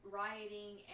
rioting